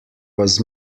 was